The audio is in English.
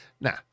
Now